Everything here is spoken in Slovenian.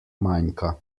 manjka